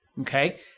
okay